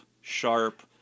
sharp